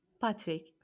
Patrick